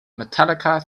metallica